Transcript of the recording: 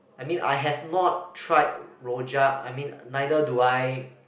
I mean I have not tried rojak I mean neither do I